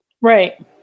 Right